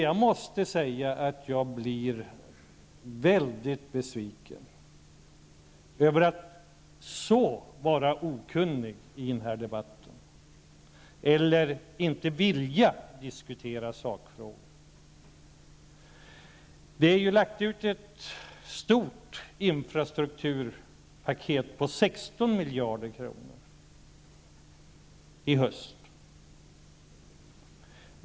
Jag måste säga att jag blir mycket besviken över att man är så okunnig i den här debatten eller inte vill diskutera sakfrågor. Det har ju lagts fram ett stort infrastrukturpaket om 16 miljarder kronor i höst.